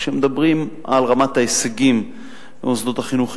כשמדברים על רמת ההישגים במוסדות החינוך,